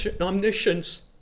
omniscience